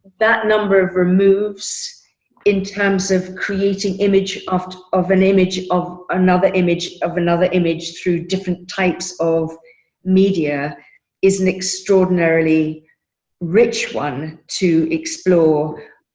that number of removes in terms of creating image of of an image, of another image, of another image through different types of media is an extraordinarily rich one to explore.